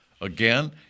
Again